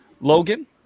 Logan